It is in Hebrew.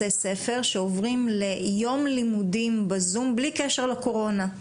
בתי ספר שעוברים ליום לימודים בזום בלי קשר לקורונה.